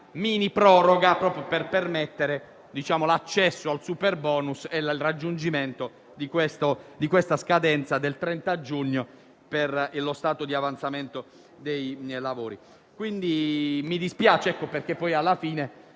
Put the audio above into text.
mini proroga, proprio per permettere l'accesso al superbonus e il raggiungimento della scadenza del 30 giugno per lo stato di avanzamento dei lavori. Mi dispiace che non vi sia